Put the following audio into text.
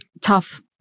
tough